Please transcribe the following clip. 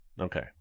Okay